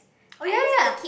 orh ya